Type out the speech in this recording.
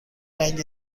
رنگ